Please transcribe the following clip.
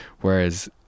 Whereas